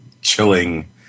chilling